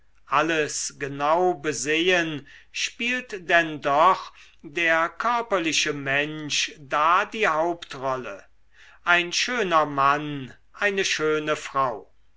alles genau besehen spielt denn doch der körperliche mensch da die hauptrolle ein schöner mann eine schöne frau